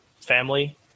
family